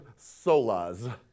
solas